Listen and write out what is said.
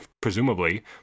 presumably